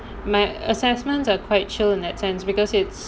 my assessments are quite chill in that sense because it's